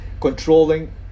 controlling